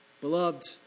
Beloved